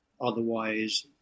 otherwise